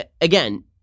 Again